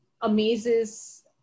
amazes